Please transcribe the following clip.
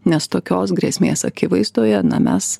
nes tokios grėsmės akivaizdoje na mes